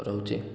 ରହୁଛି